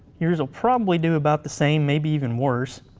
yours will probably do about the same, maybe even worse.